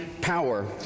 power